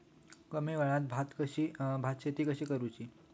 कमी वेळात भात शेती कशी करुची?